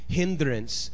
hindrance